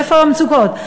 איפה המצוקות.